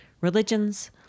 religions